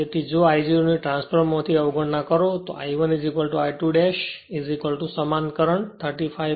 તેથી જો I 0 ની ટ્રાન્સફોર્મરમાંથી અવગણના કરો તો I 1 I2 ડેશ સમાન કરંટ 35